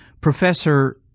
Professor